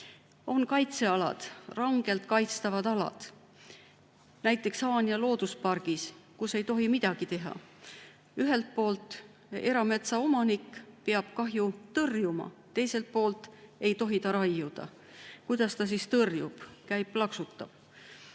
On kaitsealad, rangelt kaitstavad alad, näiteks Haanja looduspargis, kus ei tohi midagi teha. Ühelt poolt erametsaomanik peab kahju tõrjuma, teiselt poolt ei tohi ta raiuda. Kuidas ta siis tõrjub? Käib ja